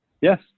yes